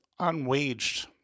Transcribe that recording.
unwaged